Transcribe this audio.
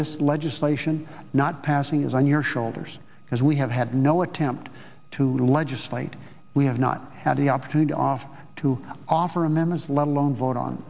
this legislation not passing is on your shoulders as we have had no attempt to legislate we have not had the opportunity off to offer amendments let alone vote on